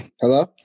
hello